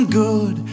good